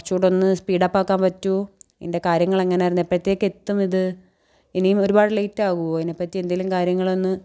കുറച്ചൂടൊന്ന് സ്പീഡപ്പാക്കാമ്പറ്റ്വോ ഇൻ്റെ കാര്യങ്ങളെങ്ങനാര്ന്ന് എപ്പത്തേയ്ക്കെത്തുവിത് ഇനിയും ഒരുപാട് ലേയ്റ്റാകോ ഇതിനേപ്പറ്റി എന്തെങ്കിലും കാര്യങ്ങളൊന്ന്